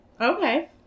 Okay